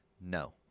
No